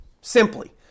simply